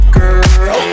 girl